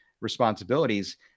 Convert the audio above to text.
responsibilities